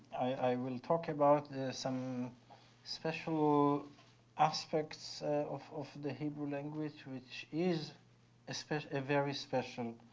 i will talk about some special aspects of of the hebrew language which is especially a very special